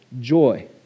joy